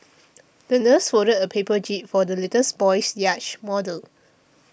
the nurse folded a paper jib for the litters boy's yacht model